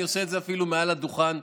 אני עושה את זה אפילו מעל הדוכן,